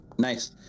Nice